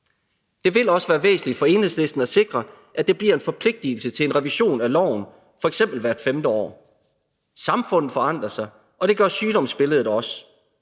Det vil også være væsentligt for Enhedslisten at sikre, at der bliver en forpligtigelse til en revision af loven, f.eks. hvert femte år. Samfundet forandrer sig, og det gør sygdomsbilledet også.